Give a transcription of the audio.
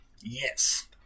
Yes